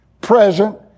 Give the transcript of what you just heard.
present